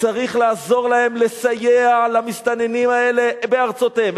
צריך לעזור להן לסייע למסתננים האלה בארצותיהם.